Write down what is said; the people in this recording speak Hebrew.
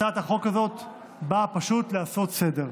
הצעת החוק הזאת באה פשוט לעשות סדר.